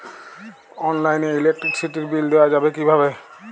অনলাইনে ইলেকট্রিসিটির বিল দেওয়া যাবে কিভাবে?